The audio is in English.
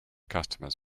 customers